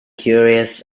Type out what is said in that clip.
curious